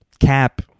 Cap